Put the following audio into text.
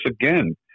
again